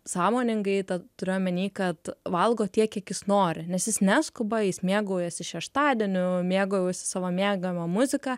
sąmoningai turiu omeny kad valgo tiek kiek jis nori nes jis neskuba jis mėgaujasi šeštadieniu mėgaujasi savo mėgiama muzika